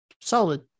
Solid